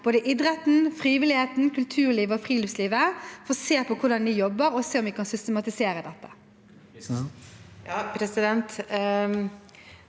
både idretten, frivilligheten, kulturlivet og friluftslivet for å se på hvordan de jobber, og for å se om vi kan systematisere dette. Turid